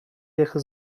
jako